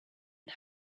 and